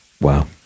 Wow